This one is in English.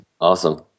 Awesome